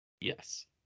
yes